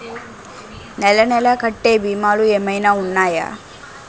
నెల నెల కట్టే భీమాలు ఏమైనా ఉన్నాయా?